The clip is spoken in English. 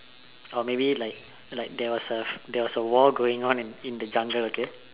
or maybe like like there was a there was a war going on in in the jungle okay